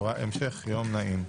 המשך יום נעים.